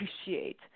appreciate